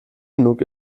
genug